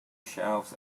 shelves